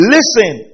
Listen